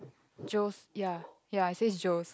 Joe's ya ya it says Joe's